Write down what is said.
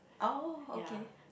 ya